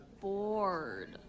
bored